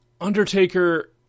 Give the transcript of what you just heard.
Undertaker